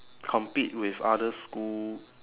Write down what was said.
compete with other school